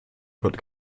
could